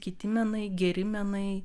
kiti menai geri menai